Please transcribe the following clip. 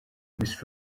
miss